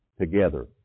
together